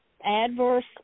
adverse